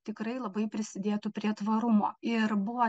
tikrai labai prisidėtų prie tvarumo ir buvo